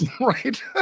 right